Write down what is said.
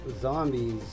zombies